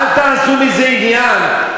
אל תעשו מזה עניין,